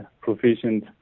proficient